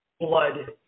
Blood